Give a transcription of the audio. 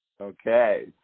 Okay